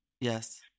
Yes